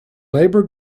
labour